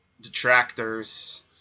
detractors